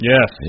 Yes